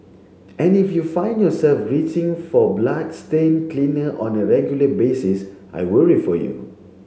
and if you find yourself reaching for bloodstain cleaner on a regular basis I worry for you